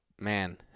man